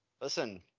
Listen